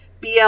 bl